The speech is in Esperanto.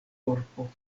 korpo